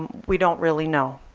we don't really know.